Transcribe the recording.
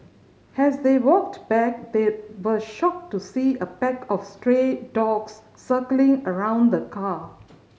has they walked back they were shocked to see a pack of stray dogs circling around the car